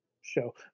show